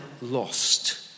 lost